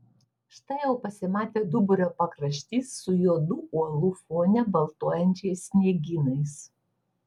štai jau pasimatė duburio pakraštys su juodų uolų fone baltuojančiais sniegynais